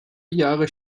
jahre